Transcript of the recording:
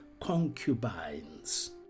concubines